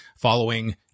following